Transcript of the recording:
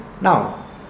now